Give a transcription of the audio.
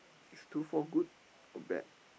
is two four good or bad